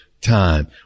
time